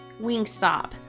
Wingstop